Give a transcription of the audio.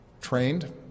Trained